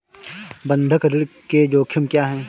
बंधक ऋण के जोखिम क्या हैं?